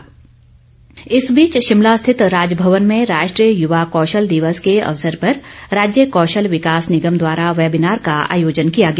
राज्यपाल इस बीच शिमला स्थित राजभवन में राष्ट्रीय युवा कौशल दिवस के अवसर पर राज्य कौशल विकास निगम द्वारा वैबिनार का आयोजन किया गया